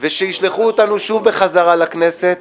וישלחו אותנו שוב חזרה לכנסת